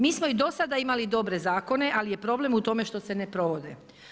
Mi smo i do sada imali dobre zakone, ali je problem u tome što se ne provode.